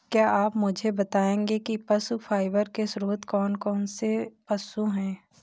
क्या आप मुझे बताएंगे कि पशु फाइबर के स्रोत कौन कौन से पशु हैं?